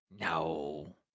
No